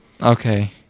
Okay